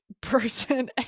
person